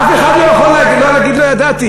אף אחד לא יכול להגיד: לא ידעתי.